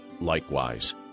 likewise